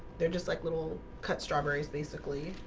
they're just like little cut strawberries basically,